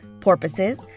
porpoises